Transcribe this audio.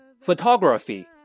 Photography